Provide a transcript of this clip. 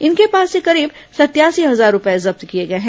इनके पास से करीब सतयासी हजार रूपये जब्त किया गए हैं